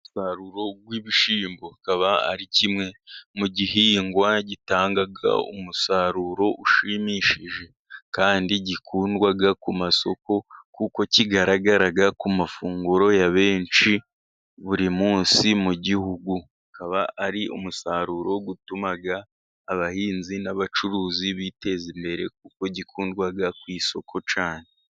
Umusaruro w'ibishyimbo, ukaba ari kimwe mu gihingwa gitanga umusaruro ushimishije kandi gikundwa ku masoko kuko kigaragara ku mafunguro ya benshi buri munsi, mu gihugu kikaba ari umusaruro utuma abahinzi n'abacuruzi biteza imbere, kuko gikundwa ku isoko cyane.